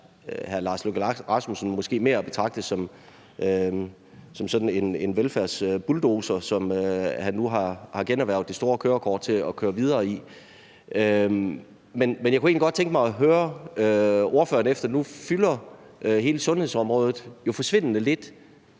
partiformand måske mere at betragte som sådan en velfærdsbulldozer, som han nu har generhvervet det store kørekort til at køre videre som. Men jeg kunne egentlig godt tænke mig at høre ordføreren om noget: Nu fylder hele sundhedsområdet jo forsvindende lidt